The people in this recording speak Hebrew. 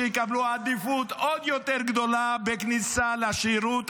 שיקבלו עדיפות עוד יותר גדולה בכניסה לשירות הציבורי.